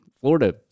Florida